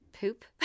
Poop